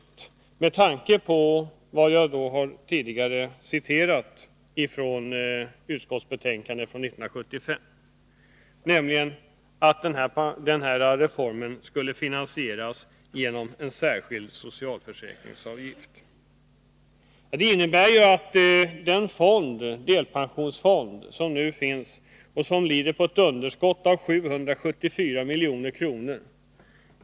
Det är med tanke på vad jag tidigare citerat ur betänkandet från 1975 om att reformen skulle finansieras genom en särskild socialförsäkringsavgift ytterst anmärkningsvärt att man i en sådan här situation över huvud taget diskuterar det statsfinansiella läget. Den delpensionsfond som nu finns har ett underskott på 774 milj.kr.